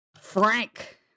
Frank